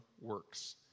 works